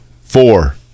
Four